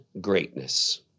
greatness